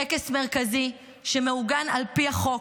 טקס מרכזי שמעוגן על פי החוק,